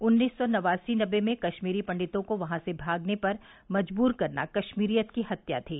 उन्नीस सौ नवासी नबे में कश्मीरी पंडितों को वहां से भागने पर मजबूर करना कश्मीरियत की हत्या थी